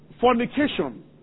fornication